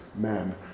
men